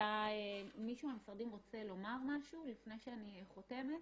מישהו מהמשרדים רוצה לומר משהו לפני שאני חותמת?